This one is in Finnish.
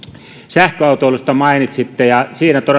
sähköautoilusta mainitsitte ja siinä todellakin tuntuu että on hieman pullonkaulaa